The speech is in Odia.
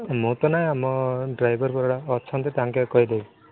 ମୋର ତ ନା ଆମ ଡ୍ରାଇଭର୍ ଗୁଡ଼ା ଅଛନ୍ତି ତାଙ୍କେ କହିଦେବେ